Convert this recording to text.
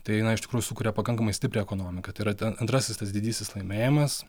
tai ji na iš tikrųjų sukuria pakankamai stiprią ekonomiką tai yra ten antrasis tas didysis laimėjimas